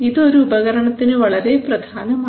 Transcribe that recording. ഇത് ഒരു ഉപകരണത്തിന് വളരെ പ്രധാനമാണ്